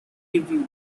review